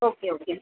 okay okay